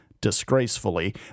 disgracefully